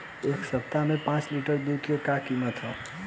एह सप्ताह पाँच लीटर दुध के का किमत ह?